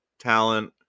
talent